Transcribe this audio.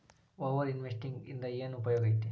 over investing ಇಂದ ಏನ್ ಉಪಯೋಗ ಐತಿ